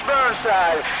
Burnside